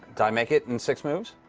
do i make it in six moves?